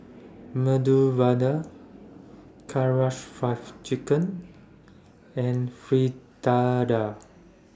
Medu Vada Karaage five Chicken and Fritada